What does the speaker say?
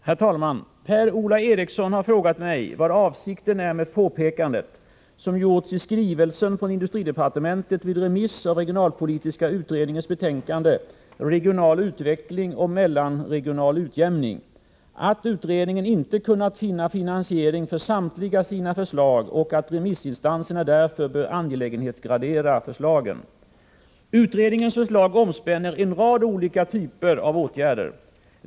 Herr talman! Per-Ola Eriksson har frågat mig vad avsikten är med påpekandet — som gjorts i skrivelsen från industridepartementet vid remiss av regionalpolitiska utredningens betänkande Regional utveckling och mellanregional utjämning — att utredningen inte kunnat finna finansiering för samtliga sina förslag och att remissinstanserna därför bör angelägenhetsgradera förslagen. Utredningens förslag omspänner en rad olika typer av åtgärder.